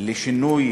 לשינוי